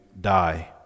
die